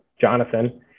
Jonathan